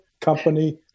company